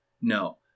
No